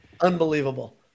Unbelievable